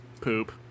Poop